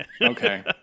Okay